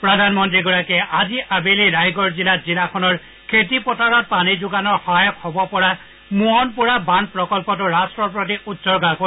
প্ৰধানমন্ত্ৰীগৰাকীয়ে আজি আবেলি ৰায়গড় জিলাত জিলাখনৰ খেতি পথাৰত পানী যোগানৰ সহায়ক হ'বপৰা মোহনপূৰা বান্ধ প্ৰকল্পটো ৰাট্টৰ প্ৰতি উৎসৰ্গা কৰিব